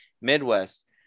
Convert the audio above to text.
Midwest